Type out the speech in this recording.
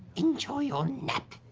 enjoy your nap?